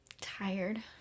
Tired